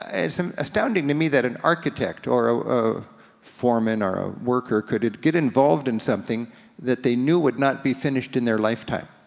ah it's um astounding to me that an architect, or a foreman, or a worker, could get involved in something that they knew would not be finished in their lifetime.